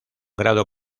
grado